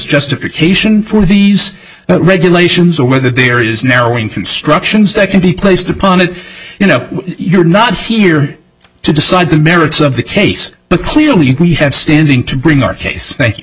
justification for these regulations or whether there is narrowing constructions that can be placed upon it you know you're not here to decide the merits of the case but clearly we have standing to bring our case